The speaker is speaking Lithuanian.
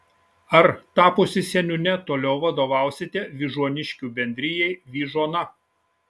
ar tapusi seniūne toliau vadovausite vyžuoniškių bendrijai vyžuona